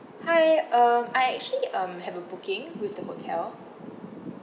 hi uh I actually um have a booking with the hotel